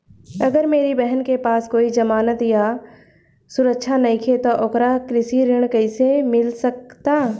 अगर मेरी बहन के पास कोई जमानत या सुरक्षा नईखे त ओकरा कृषि ऋण कईसे मिल सकता?